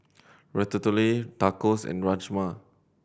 Ratatouille Tacos and Rajma